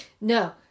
no